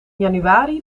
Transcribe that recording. januari